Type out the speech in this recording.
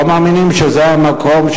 לא מאמינים שזה המקום,